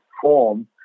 form